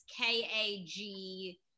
K-A-G